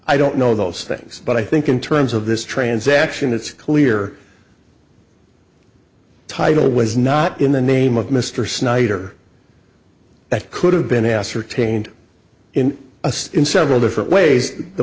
i don't know those things but i think in terms of this transaction it's clear title was not in the name of mr snyder that could have been ascertained in a sense in several different ways the